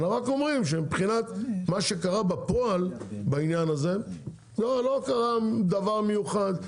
אנחנו רק אומרים שמבחינת מה שקרה בפועל בעניין הזה לא קרה דבר מיוחד,